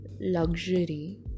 luxury